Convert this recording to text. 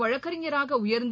வழக்கறிஞராக உயர்ந்து